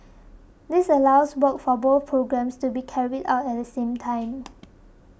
this allows works for both programmes to be carried out at the same time